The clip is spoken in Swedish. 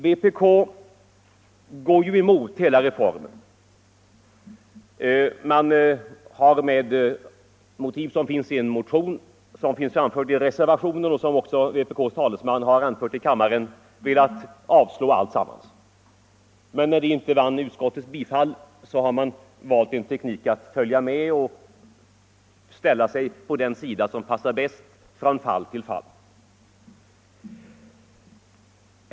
Vpk går ju emot hela reformen. Med motiv som framförts i en motion, som återgivits i en reservation och som vpk:s talesman redovisat här i kammaren, har vpk velat avslå hela propositionen. När detta inte vann utskottets gehör har man valt tekniken att följa med och ställa sig på den sida som passar bäst från fall till fall.